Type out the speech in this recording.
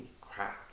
crap